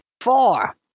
Four